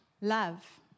love